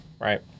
right